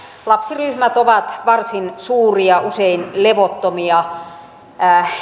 lapsiryhmät ovat varsin suuria usein levottomia